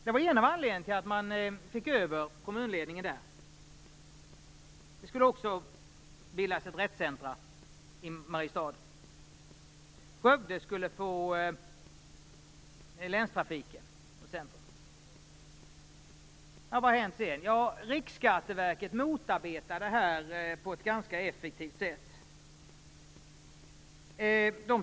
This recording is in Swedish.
Det var en av anledningarna till att man där fick över kommunledningen. Det skulle också bildas ett rättscentrum i Mariestad, och Skövde skulle bli centrum för länstrafiken. Vad har hänt sedan? Riksskatteverket motarbetade det här på ett ganska effektivt sätt.